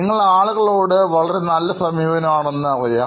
നിങ്ങൾ ആളുകളോട് വളരെ നല്ല സമീപനം ആണെന്ന് അറിയാം